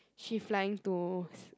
she flying to